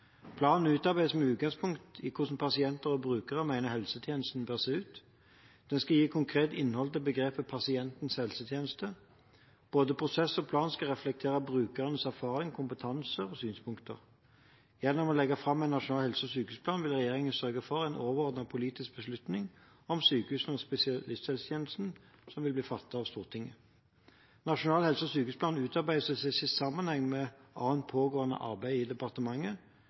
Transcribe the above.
Planen utarbeides med utgangspunkt i hvordan pasienter og brukere mener helsetjenesten bør se ut. Den skal gi konkret innhold til begrepet «pasientens helsetjeneste». Både prosess og plan skal reflektere brukernes erfaringer, kompetanse og synspunkter. Gjennom å legge fram en nasjonal helse- og sykehusplan vil regjeringen sørge for at overordnede politiske beslutninger om sykehusene og spesialisthelsetjenesten fattes av Stortinget. Nasjonal helse- og sykehusplan utarbeides og ses i sammenheng med annet pågående arbeid i departementet,